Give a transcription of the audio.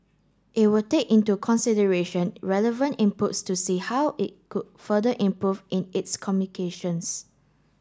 it will take into consideration relevant inputs to see how it could further improve in its communications